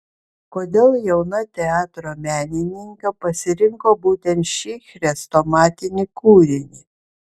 kodėl jauna teatro menininkė pasirinko būtent šį chrestomatinį kūrinį